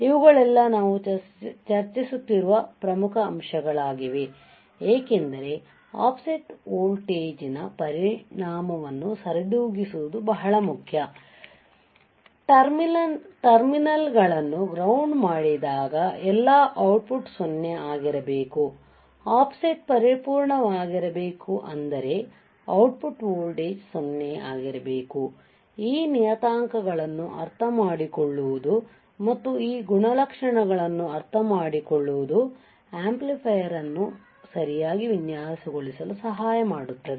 ಇವುಗಳೆಲ್ಲ ನಾವು ಚರ್ಚಿಸುತ್ತಿರುವ ಪ್ರಮುಖ ಅಂಶಗಳಾಗಿವೆ ಏಕೆಂದರೆ ಆಫ್ಸೆಟ್ ವೋಲ್ಟೇಜ್ನ ಪರಿಣಾಮವನ್ನು ಸರಿದೂಗಿಸುವುದು ಬಹಳ ಮುಖ್ಯ ಟರ್ಮಿನಲ್ಗಳನ್ನು ಗ್ರೌಂಡ್ ಮಾಡಿದಾಗ ಎಲ್ಲ ಔಟ್ಪುಟ್ 0 ಆಗಿರಬೇಕುಆಫ್ಸೆಟ್ ಪರಿಪೂರ್ಣವಾಗಿರಬೇಕು ಅಂದರೆ ಔಟ್ಪುಟ್ ವೋಲ್ಟೇಜ್ 0 ಆಗಿರಬೇಕು ಈ ನಿಯತಾಂಕಗಳನ್ನು ಅರ್ಥಮಾಡಿಕೊಳ್ಳುವುದು ಮತ್ತು ಈ ಗುಣಲಕ್ಷಣವನ್ನು ಅರ್ಥಮಾಡಿಕೊಳ್ಳುವುದು ಆಂಪ್ಲಿಫೈಯರ್ ಅನ್ನು ಸರಿಯಾಗಿ ವಿನ್ಯಾಸಗೊಳಿಸಲು ಸಹಾಯ ಮಾಡುತ್ತದೆ